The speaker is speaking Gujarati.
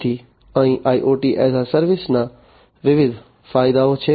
તેથી અહીં IoT એસ એ સર્વિસના વિવિધ ફાયદાઓ છે